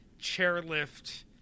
chairlift